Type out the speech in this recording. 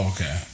Okay